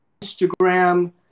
Instagram